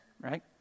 right